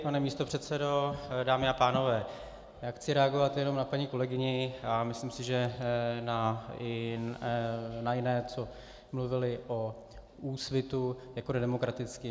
Pane místopředsedo, dámy a pánové, chci reagovat jenom na paní kolegyni a myslím si, že i na jiné, co mluvili o Úsvitu jako o nedemokratickém.